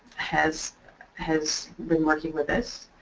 has has been working with this.